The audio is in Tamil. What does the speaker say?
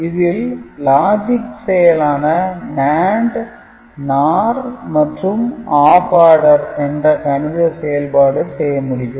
இதில் logic செயலான NAND NOR மற்றும் "ஆப் ஆடர்" என்ற கணித செயல்பாடு செய்ய முடியும்